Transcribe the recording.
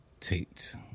Tate